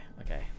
okay